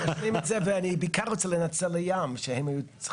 זה לא עניין של חובות, זה התחייבויות.